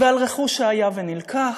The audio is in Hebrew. ועל רכוש שהיה ונלקח.